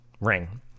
ring